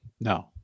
No